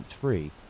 Free